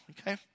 Okay